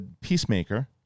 Peacemaker